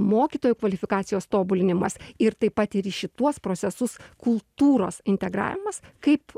mokytojų kvalifikacijos tobulinimas ir taip pat ir į šituos procesus kultūros integravimas kaip